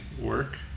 work